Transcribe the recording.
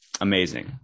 amazing